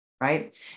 right